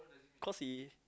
cause he